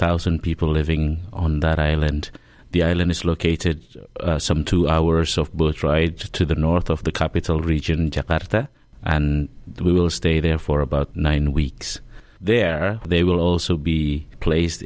thousand people living on that island the island is located some two hours of bush tried to the north of the capital region and we will stay there for about nine weeks there they will also be placed